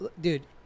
dude